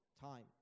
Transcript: time